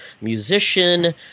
musician